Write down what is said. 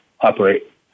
operate